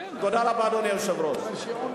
תודה רבה, אדוני היושב-ראש.